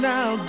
Now